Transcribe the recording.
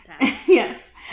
yes